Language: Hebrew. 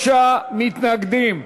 43 מתנגדים,